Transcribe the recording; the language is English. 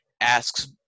asks